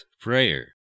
prayer